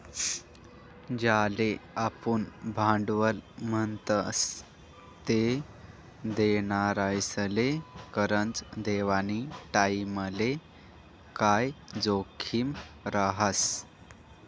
ज्याले आपुन भांडवल म्हणतस ते देनारासले करजं देवानी टाईमले काय जोखीम रहास